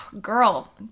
girl